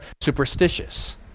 superstitious